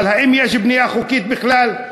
אבל האם יש בנייה חוקית בכלל?